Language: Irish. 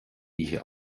oíche